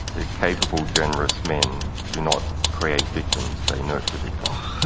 capable, generous men do not create victims they nurture victims.